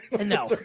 No